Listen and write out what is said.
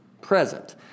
present